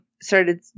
started